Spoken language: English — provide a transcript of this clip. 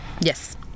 Yes